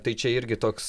tai čia irgi toks